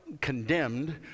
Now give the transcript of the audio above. condemned